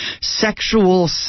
sexual